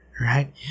right